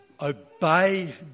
obey